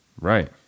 Right